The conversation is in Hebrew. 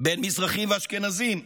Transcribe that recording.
בין מזרחים לאשכנזים,